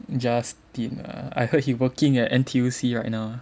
Justin ah I heard he working at N_T_U_C right now ah